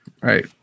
Right